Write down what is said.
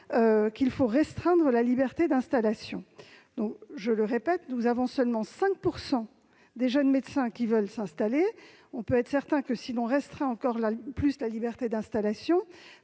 visent à restreindre la liberté d'installation. Je le répète, seulement 5 % des jeunes médecins veulent s'installer. Nous pouvons en être certains, si l'on restreint encore plus la liberté d'installation,